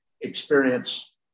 experience